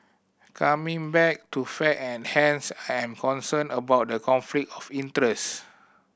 coming back to fact and hands I am concerned about the conflict of interest